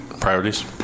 Priorities